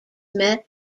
met